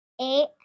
Eight